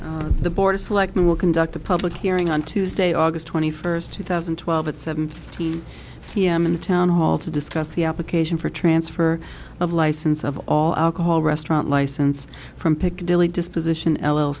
please the board of selectmen will conduct a public hearing on tuesday august twenty first two thousand and twelve at seven fifteen p m in the town hall to discuss the application for transfer of license of all alcohol restaurant license from piccadilly disposition l